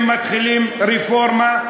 אם מתחילים רפורמה,